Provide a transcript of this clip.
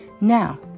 Now